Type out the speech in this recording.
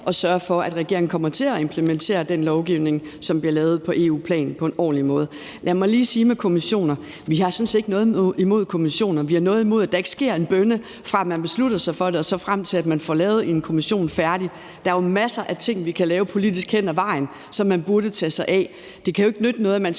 og sørge for, at regeringen kommer til at implementere den lovgivning, som bliver lavet på EU-plan, på en ordentlig måde. Lad mig lige sige med hensyn til kommissioner, at vi sådan set ikke har noget imod kommissioner, men at vi har noget imod, at der ikke sker en bønne, fra at man beslutter sig for en kommission, og så frem til at man får lavet den færdig. Der er jo masser af ting, vi politisk kan lave hen ad vejen, og som vi burde tage os af, og det kan jo ikke nytte noget, at man skal